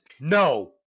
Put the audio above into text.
no